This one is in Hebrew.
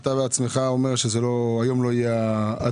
אתה בעצמך אומר שהיום לא יהיו הצבעות,